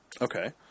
Okay